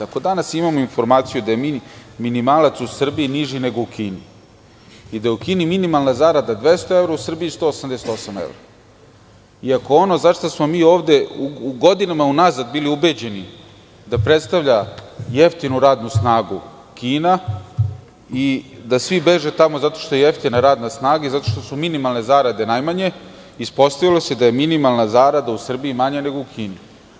Ako danas imamo informaciju da je minimalac u Srbiji niži nego u Kini i da je u Kini minimalna zarada 200 evra, au Srbiji 188 evra i ako ono zašta smo mi ovde u godinama unazad bili ubeđeni da predstavlja jeftinu radnu snagu - Kina i da svi beže tamo zato što je jeftina radna snaga i zato što su minimalne zarade najmanje, ispostavilo seda je minimalna zarada u Srbiji manja nego u Kini.